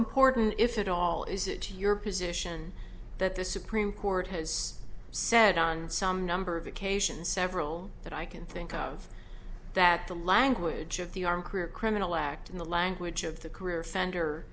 important if at all is it your position that the supreme court has said on some number of occasions several that i can think of that the language of the arm career criminal act in the language of the career offender